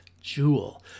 Jewel